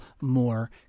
more